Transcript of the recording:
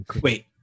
Wait